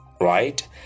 right